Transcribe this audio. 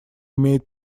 имеет